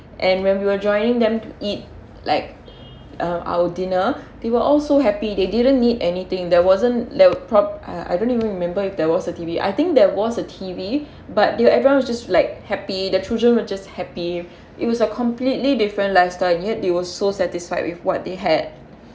and when we were joining them to eat like uh our dinner they were all so happy they didn't need anything there wasn't there prop uh I don't even remember if there was a T_V I think there was a T_V but everyone was just like happy the children were just happy it was a completely different lifestyle yet they were so satisfied with what they had